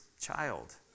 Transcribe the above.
child